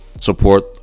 Support